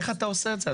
איך אתה עושה את זה?